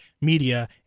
media